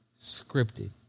scripted